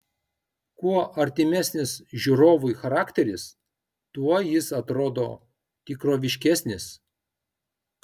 kuo artimesnis žiūrovui charakteris tuo jis atrodo tikroviškesnis